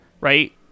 Right